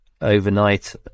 overnight